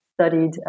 studied